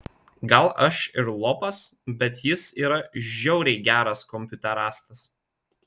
gal aš ir lopas bet jis yra žiauriai geras kompiuterastas